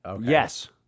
Yes